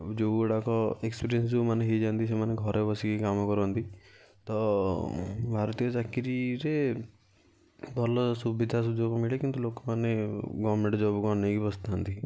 ଯେଉଁଗୁଡ଼ାକ ଏକ୍ସପିରିଏନ୍ସ ଯେଉଁମାନେ ହେଇଯାନ୍ତି ସେମାନେ ଘରେ ବସିକି କାମ କରନ୍ତି ତ ଭାରତୀୟ ଚାକିରିରେ ଭଲ ସୁବିଧା ସୁଯୋଗ ମିଳେ କିନ୍ତୁ ଲୋକମାନେ ଗଭର୍ଣ୍ଣମେଣ୍ଟ ଜବ୍କୁ ଅନାଇକି ବସିଥାନ୍ତି